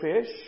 fish